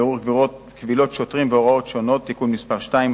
בירור קבילות שוטרים והוראות שונות) (תיקון מס' 2),